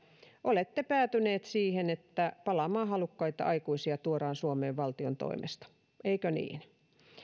olette päätyneet siihen että palaamaan halukkaita aikuisia tuodaan suomeen valtion toimesta eikö niin